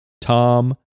Tom